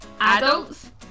adults